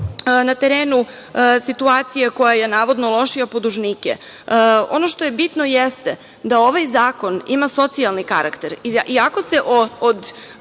na terenu situacije koja je navodno lošija po dužnike, ono što je bitno jeste da ovaj zakon ima socijalni karakter, iako se od